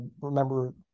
remember